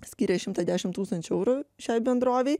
skyrė šimtą dešimt tūkstančių eurų šiai bendrovei